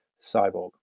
Cyborg